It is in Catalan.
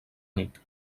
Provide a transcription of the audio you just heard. nit